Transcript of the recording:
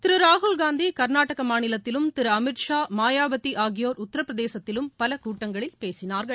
திருராகுல்காந்திகர்நாடகமாநிலத்திலும் திருஅமித் ஷா மாயாவதிஆகியோர் உத்தரபிரதேசத்திலும் பலகூட்டங்களில் பேசினார்கள்